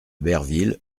berville